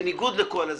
בניגוד לכל ---,